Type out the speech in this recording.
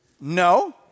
no